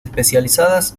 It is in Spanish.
especializadas